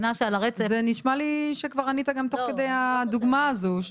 זה נשמע לי שכבר ענית גם תוך כדי הדוגמה הזו,